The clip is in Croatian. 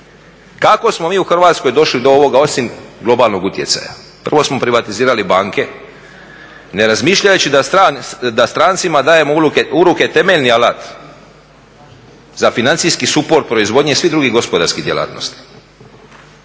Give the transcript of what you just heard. Kako smo mi u Hrvatskoj došli do ovoga osim globalnog utjecaja? Prvo smo privatizirali banke ne razmišljajući da strancima dajemo u ruke temeljni alat za financijski … proizvodnje svih drugih gospodarskih djelatnosti.